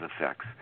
effects